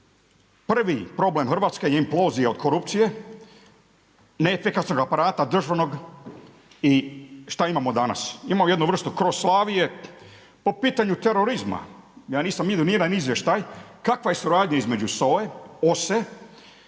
prvi problem Hrvatska implozija od korupcije, neefikasnog aparata državnog. I šta imamo danas? Imamo jednu vrstu kroslavije. Po pitanju terorizma, ja nisam vidio ni jedna izvještaj kakva je suradnja između SOA-e,